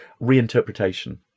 reinterpretation